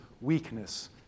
weakness